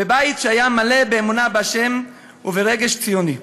בבית שהיה מלא באמונה בה' וברגש ציוני.